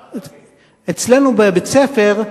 אורי אורבך (הבית היהודי): אצלנו בבית-הספר,